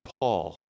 Paul